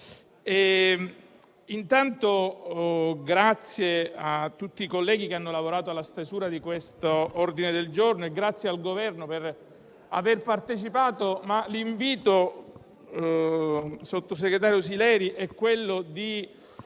ringrazio tutti i colleghi che hanno lavorato alla stesura di questo ordine del giorno e ringrazio il Governo per aver partecipato. L'invito, sottosegretario Sileri, è quello di